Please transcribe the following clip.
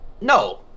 No